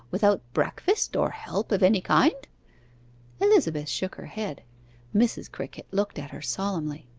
without breakfast or help of any kind elizabeth shook her head mrs. crickett looked at her solemnly.